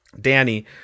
Danny